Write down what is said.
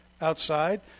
outside